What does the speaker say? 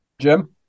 Jim